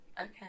Okay